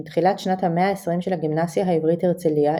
עם תחילת שנת ה-120 של הגימנסיה העברית הרצליה,